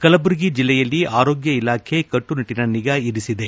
ಕಲಬುರಗಿ ಜಿಲ್ಲೆಯಲ್ಲಿ ಆರೋಗ್ಯ ಇಲಾಖೆ ಕಟ್ಲುನಿಟ್ಲನ ನಿಗಾ ಇರಿಸಿದೆ